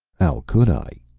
how could i?